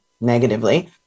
negatively